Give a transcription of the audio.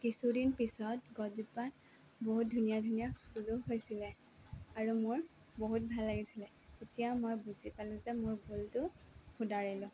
কিছুদিন পিছত গছজোপা বহুত ধুনীয়া ধুনীয়া ফুলো হৈছিলে আৰু মোৰ বহুত ভাল লাগিছিলে তেতিয়া মই বুজি পালোঁ যে মোৰ ভুলটো শুধৰালোঁ